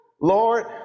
Lord